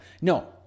No